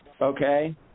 Okay